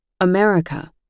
America